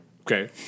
Okay